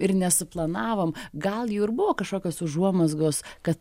ir nesuplanavom gal jų ir buvo kažkokios užuomazgos kad